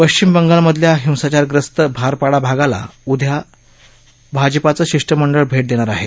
पश्चिम बंगालमधल्या हिंसाचारगूस्त भारपाडा भागाला उद्या भाजपाचं शिष्टमंडळ भेट देणार आहे